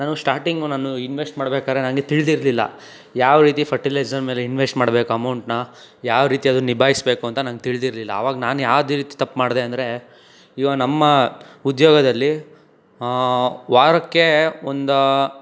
ನಾನು ಸ್ಟಾಟಿಂಗು ನಾನು ಇನ್ವೆಶ್ಟ್ ಮಾಡ್ಬೇಕಾದ್ರೆ ನನಗೆ ತಿಳ್ದಿರಲಿಲ್ಲ ಯಾವ ರೀತಿ ಫರ್ಟಿಲೈಝರ್ ಮೇಲೆ ಇನ್ವೆಶ್ಟ್ ಮಾಡ್ಬೇಕು ಅಮೌಂಟ್ನ ಯಾವ ರೀತಿ ಅದನ್ನ ನಿಭಾಯ್ಸ್ಬೇಕು ಅಂತ ನಂಗೆ ತಿಳ್ದಿರಲಿಲ್ಲ ಆವಾಗ ನಾನು ಯಾವುದೇ ರೀತಿ ತಪ್ಪು ಮಾಡದೇ ಅಂದರೆ ಇವ ನಮ್ಮ ಉದ್ಯೋಗದಲ್ಲಿ ವಾರಕ್ಕೆ ಒಂದಾ